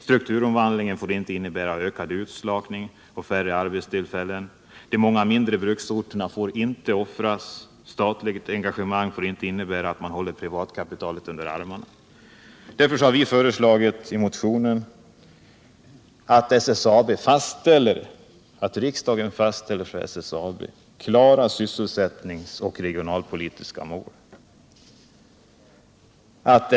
Strukturomvandlingen får inte innebära ökad utslagning och färre arbetstillfällen. De många mindre bruksorterna får inte offras. Statligt engagemang får inte innebära att man håller privatkapitalet under armarna. Därför har vi i motionen föreslagit att riksdagen fastställer klara sysselsättningsoch regionalpolitiska mål: 1.